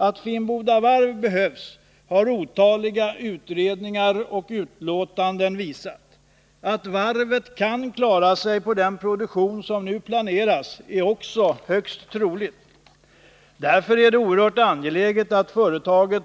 Att Finnboda Varf behövs har otaliga utredningar och utlåtanden visat. Att varvet kan klara sig på den produktion som nu planeras är också högst troligt. Därför är det oerhört angeläget att företaget